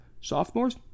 Sophomores